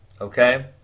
okay